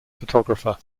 photographer